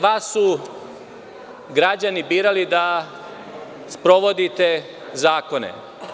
Vas su građani birali da sprovodite zakone.